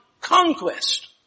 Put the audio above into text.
conquest